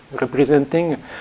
representing